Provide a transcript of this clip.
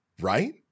right